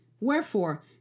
Wherefore